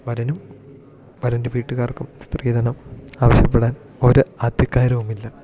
വരനും വരൻ്റെ വീട്ടുകാർക്കും സ്ത്രീധനം ആവശ്യപ്പെടാൻ ഒരു അധികാരവും ഇല്ല